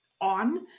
on